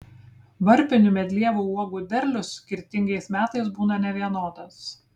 varpinių medlievų uogų derlius skirtingais metais būna nevienodas